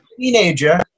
teenager